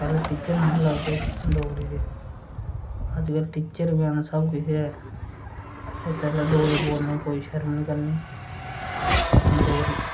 पैह्लें टीचर निं हा लभदे डोगरी दे अजकल टीचर बी ऐन सबकिश ऐ इत्त गल्ला डोगरी बोलने च कोई शर्म निं करनी अपनी डोगरी